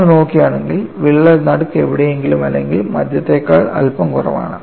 നമ്മൾ നോക്കുകയാണെങ്കിൽ വിള്ളൽ നടുക്ക് എവിടെയെങ്കിലും അല്ലെങ്കിൽ മധ്യത്തേക്കാൾ അല്പം കുറവാണ്